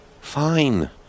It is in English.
Fine